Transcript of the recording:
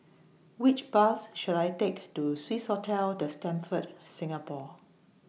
Which Bus should I Take to Swissotel The Stamford Singapore